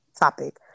topic